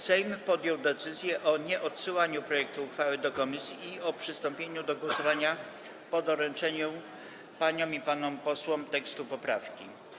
Sejm podjął decyzję o nieodsyłaniu projektu uchwały do komisji i o przystąpieniu do głosowania po doręczeniu paniom i panom posłom tekstu poprawki.